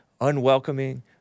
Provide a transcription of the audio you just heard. unwelcoming